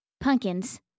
pumpkins